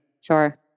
Sure